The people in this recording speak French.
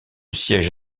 siège